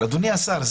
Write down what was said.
אבל אדוני השר,